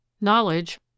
Knowledge